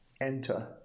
enter